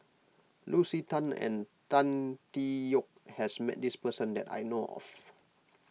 Lucy Tan and Tan Tee Yoke has met this person that I know of